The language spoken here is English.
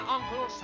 Uncle